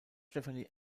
stefanie